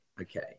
Okay